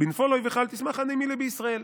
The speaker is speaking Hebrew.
"בנפל אויבך אל תשמח" "הני מילי בישראל"